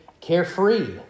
carefree